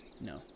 No